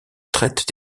traite